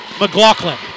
McLaughlin